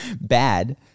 bad